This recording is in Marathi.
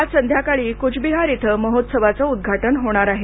आज संध्याकाळी कूच बिहार इथं महोत्सवाचं उद्घाटन होणार आहे